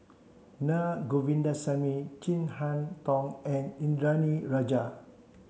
Na Govindasamy Chin Harn Tong and Indranee Rajah